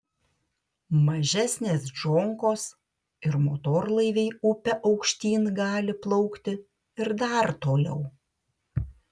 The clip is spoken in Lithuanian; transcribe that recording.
mažesnės džonkos ir motorlaiviai upe aukštyn gali plaukti ir dar toliau